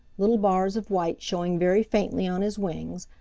little bars of white showing very faintly on his wings,